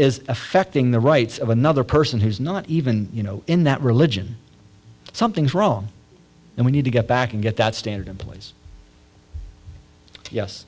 is affecting the rights of another person who's not even you know in that religion something's wrong and we need to get back and get that standard in place yes